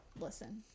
Listen